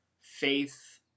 faith